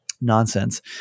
nonsense